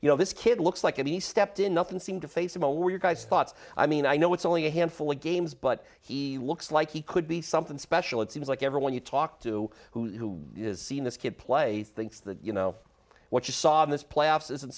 you know this kid looks like he stepped in nothing seemed to face him or you guys thoughts i mean i know it's only a handful of games but he looks like he could be something special it seems like everyone you talk to who is seen this kid play thinks that you know what you saw in this playoffs isn't